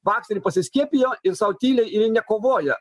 vakseriai pasiskiepijo ir sau tyliai ir jie nekovoja